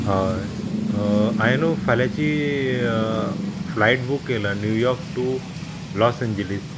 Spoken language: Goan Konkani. हय हांयेन फाल्यांची फ्लायट बूक केला New York to Los Angeles